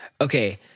Okay